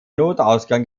notausgang